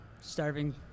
Starving